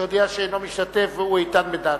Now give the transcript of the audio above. שהודיע שאינו משתתף והוא איתן בדעתו.